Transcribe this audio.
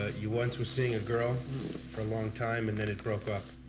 ah you once were seeing a girl for a long time, and then it broke off.